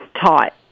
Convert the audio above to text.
taught